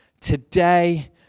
today